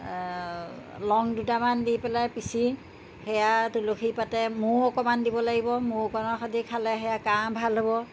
লং দুটামান দি পেলাই পিচি সেয়া তুলসী পাতে মৌ অকমান দিব লাগিব মৌ অকণ সদ খালে সেয়া কা ভাল হ'ব